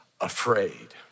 afraid